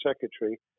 secretary